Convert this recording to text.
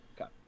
Okay